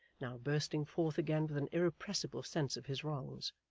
now bursting forth again with an irrepressible sense of his wrongs.